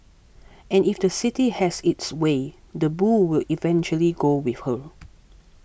and if the city has its way the bull will eventually go with her